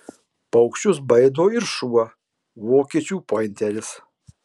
paukščius baido ir šuo vokiečių pointeris